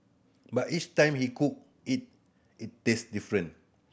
but each time he cook it it taste different